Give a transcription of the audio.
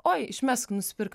oi išmesk nusipirk